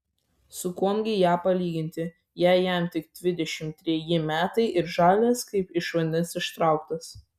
su kuom gi ją palyginti jei jam tik dvidešimt treji metai ir žalias kaip iš vandens ištrauktas